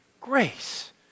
grace